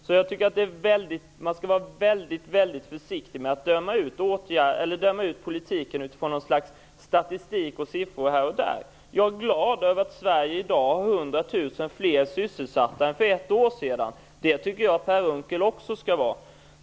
Därför skall man vara väldigt försiktig med att döma politiken utifrån statistik och siffror tagna här och där. Jag är glad över att Sverige i dag har 100 000 fler sysselsatta än för ett år sedan. Det tycker jag Per Unckel också skall vara.